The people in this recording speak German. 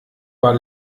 war